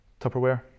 Tupperware